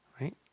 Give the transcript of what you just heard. Right